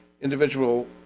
individual